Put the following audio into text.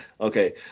okay